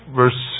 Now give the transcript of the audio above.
verse